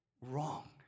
wrong